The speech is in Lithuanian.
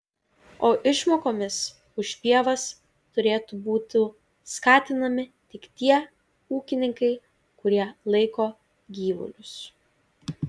o išmokomis už pievas turėtų būtų skatinami tik tie ūkininkai kurie laiko gyvulius